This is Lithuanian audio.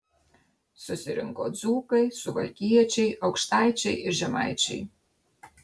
susirinko dzūkai suvalkiečiai aukštaičiai ir žemaičiai